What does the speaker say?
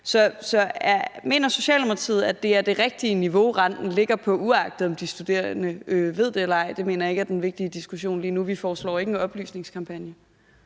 Så mener Socialdemokratiet, at det er det rigtige niveau, renten ligger på, uagtet de studerende ved det eller ej? Det mener jeg ikke er den vigtige diskussion lige nu. Vi foreslår ikke en oplysningskampagne.